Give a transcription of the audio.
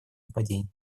нападений